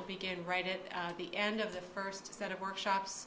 will begin right it the end of the first set of workshops